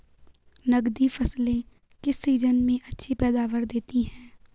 नकदी फसलें किस सीजन में अच्छी पैदावार देतीं हैं?